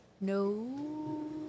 No